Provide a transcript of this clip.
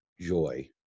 joy